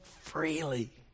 freely